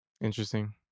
interesting